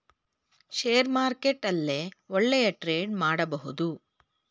share market ಅಲ್ಲೇ ಒಳ್ಳೆಯ trade ಮಾಡಬಹುದು